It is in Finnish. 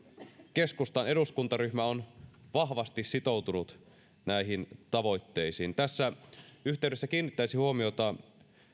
keskustan eduskuntaryhmä on vahvasti sitoutunut näihin tavoitteisiin tässä yhteydessä kiinnittäisin huomiota